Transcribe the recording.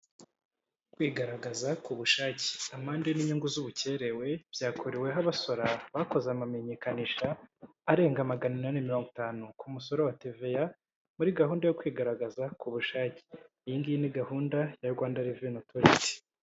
Kwigaragaza kubushake, amande n'inyungu z'ubukererwe byakoreweho abasora, bakoze amamenyekanisha arenga magana inani mirongo itanu ku musoro wa teveya muri gahunda yo kwigaragaza ku bushake. Iyi ngiyi ni gahunda ya Rwanda reveni otoriti.